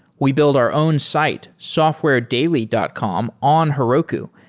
we build our own site, softwaredaily dot com on heroku,